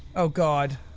oh god.